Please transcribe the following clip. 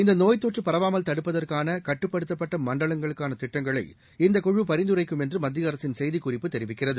இந்தநோய் தொற்றுபரவாமல் தடுப்பதற்கானகட்டுப்படுத்தப்பட்டமண்டலங்களுக்கானதிட்டங்களை இந்த குழு பரிந்துரைக்கும் என்றுமத்தியஅரசின் செய்திக்குறிப்பு தெரிவிக்கிறது